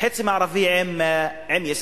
החצי המערבי בישראל.